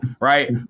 right